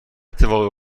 اتفاقی